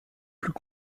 plus